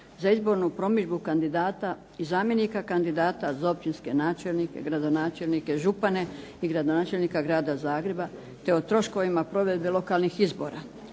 za izbornu promidžbu kandidata i zamjenika kandidata za općinske načelnike, gradonačelnike, župane i gradonačelnika Grada Zagreba te o troškovima provedbe lokalnih izbora.